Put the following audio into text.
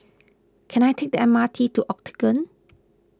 can I take the M R T to Octagon